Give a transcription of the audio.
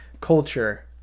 culture